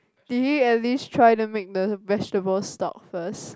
did he at least try to make the vegetable stock first